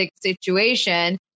situation